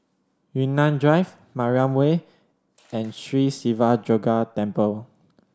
Yunnan Drive Mariam Way and Sri Siva Durga Temple